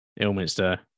Ilminster